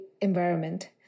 environment